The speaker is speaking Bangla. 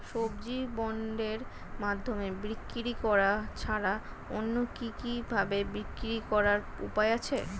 সবজি বন্ডের মাধ্যমে বিক্রি করা ছাড়া অন্য কি কি ভাবে বিক্রি করার উপায় আছে?